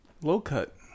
low-cut